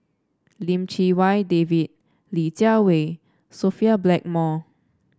Lim Chee Wai David Li Jiawei Sophia Blackmore